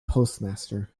postmaster